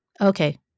Okay